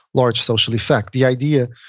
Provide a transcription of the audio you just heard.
large social effect. the idea